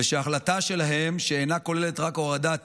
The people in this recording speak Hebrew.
ושההחלטה שלהם, שאינה כוללת רק הורדת